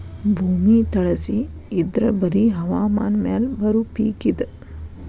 ಭೂಮಿ ತಳಸಿ ಇದ್ರ ಬರಿ ಹವಾಮಾನ ಮ್ಯಾಲ ಬರು ಪಿಕ್ ಇದ